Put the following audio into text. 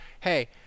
hey